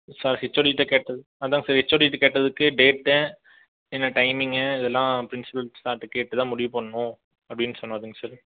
sir ஹச்ஓடிகிட்ட கேட்ட அதான் சார் ஹச்ஓடிகிட்ட கேட்டதுக்கு டேட்டு என்ன டைமிங்ன்னு இதுலாம் ப்ரின்ஸிபால் சார்கிட்ட கேட்டு தான் முடிவு பண்ணனும் அப்படின்னு சொன்னாருங்க சார்